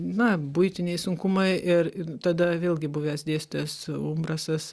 na buitiniai sunkumai ir tada vėlgi buvęs dėstytojas umbrasas